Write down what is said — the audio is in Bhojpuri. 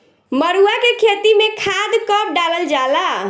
मरुआ के खेती में खाद कब डालल जाला?